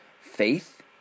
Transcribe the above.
Faith